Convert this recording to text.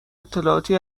اطلاعاتی